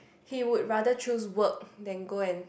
he would rather choose work than go and